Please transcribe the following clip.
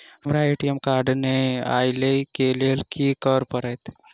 हमरा ATM card नै अई लई केँ लेल की करऽ पड़त?